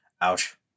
Ouch